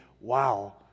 wow